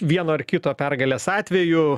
vieno ar kito pergalės atveju